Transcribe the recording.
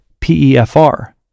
PEFR